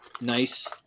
nice